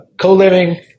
co-living